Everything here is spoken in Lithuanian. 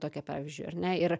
tokia pavyzdžiui ar ne ir